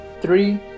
Three